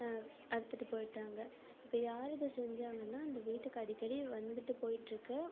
அறுத்துட்டு போயிட்டாங்க இப்போ யார் இதை செஞ்சாங்கன்னா இந்த வீட்டுக்கு அடிக்கடி வந்துட்டு போயிட்ருக்க